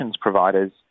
providers